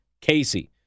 Casey